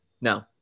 No